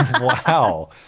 Wow